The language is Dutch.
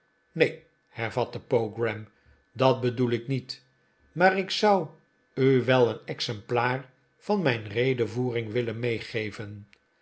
neen hervatte pogram dat bedoel ik niet maar ik zou u wel een exemplaar van mijn redevoering willen meegeven